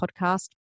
podcast